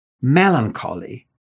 Melancholy